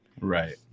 Right